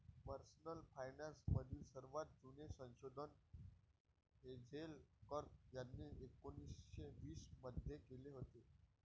personal finance मधील सर्वात जुने संशोधन हेझेल कर्क यांनी एकोन्निस्से वीस मध्ये केले होते